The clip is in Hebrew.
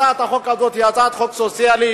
הצעת החוק הזאת היא הצעת חוק סוציאלית,